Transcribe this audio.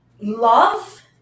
love